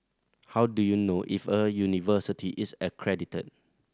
how do you know if a university is accredited